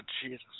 Jesus